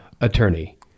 attorney